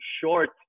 short